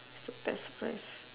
what's the best place